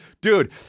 dude